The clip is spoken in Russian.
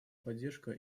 поддержка